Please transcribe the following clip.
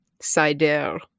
Cider